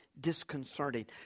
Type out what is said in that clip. disconcerting